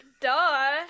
duh